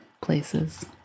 places